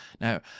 Now